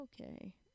Okay